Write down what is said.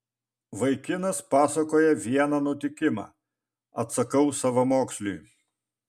vaikinas pasakoja vieną nutikimą atsakau savamoksliui